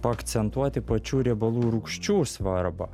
paakcentuoti pačių riebalų rūgščių svarbą